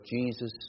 Jesus